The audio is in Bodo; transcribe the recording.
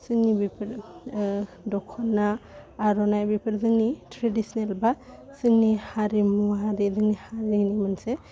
जोंनि बेफोर दख'ना आर'नाइ बेफोर जोंनि ट्रेडिसनेल बा जोंनि हारिमुवारि जोंनि हारिनि मोनसे